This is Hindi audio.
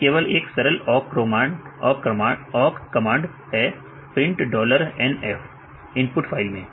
यह केवल एक सरल awk कमांड है printNF इनपुट फाइल में